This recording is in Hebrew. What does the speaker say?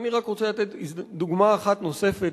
אני רק רוצה לתת דוגמה אחת נוספת,